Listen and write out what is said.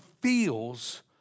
feels